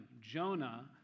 Jonah